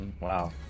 Wow